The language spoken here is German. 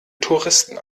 touristen